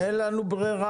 למשל, כדוגמה,